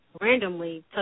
randomly